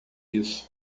isso